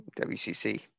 WCC